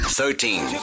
Thirteen